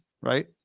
right